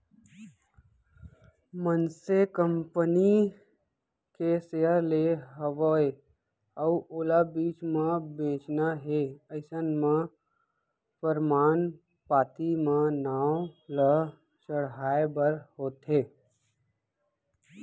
मनसे कंपनी के सेयर ले हवय अउ ओला बीच म बेंचना हे अइसन म परमान पाती म नांव ल चढ़हाय बर होथे